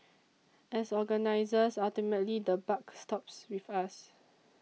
as organisers ultimately the buck stops with us